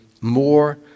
more